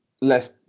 less